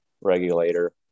regulator